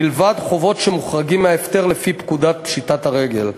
מלבד חובות שמוחרגים מההפטר לפי פקודת פשיטת הרגל.